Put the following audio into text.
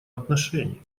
отношении